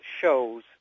shows